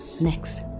next